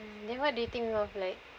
then what do you think of like